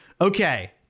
Okay